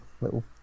little